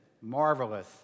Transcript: marvelous